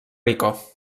rico